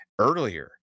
earlier